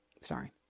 Sorry